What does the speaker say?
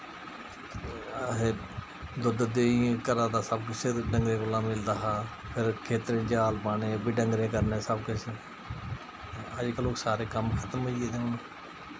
दुद्ध देहीं घरा दा सब कुछ डंगरें कोला मिलदा हा फिर खेत्तर जाल पाने ओह् बी डंगरें करने सब किश अज्ज कल ओह् सारे कम्म खतम होई गेदे हून